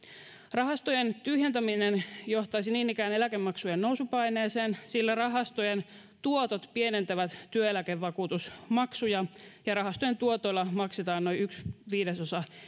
rahastojen tyhjentäminen johtaisi niin ikään eläkemaksujen nousupaineeseen sillä rahastojen tuotot pienentävät työeläkevakuutusmaksuja ja rahastojen tuotoilla maksetaan noin yksi viidesosa